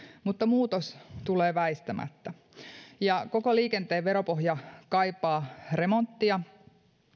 mutta muutos tulee väistämättä koko liikenteen veropohja kaipaa remonttia